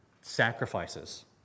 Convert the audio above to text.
sacrifices